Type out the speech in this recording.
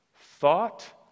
thought